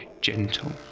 gentle